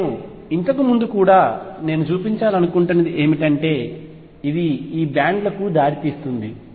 నేను ఇంతకు ముందు కూడా నేను చూపించాలనుకుంటున్నది ఏమిటంటే ఇది ఈ బ్యాండ్ లకు దారితీస్తుంది